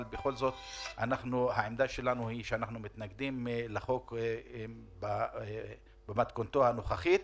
אבל בכל זאת העמדה שלנו היא שאנחנו מתנגדים לחוק במתכונתו הנוכחית,